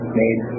made